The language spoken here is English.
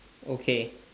okay